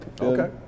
Okay